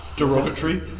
Derogatory